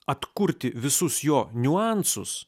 atkurti visus jo niuansus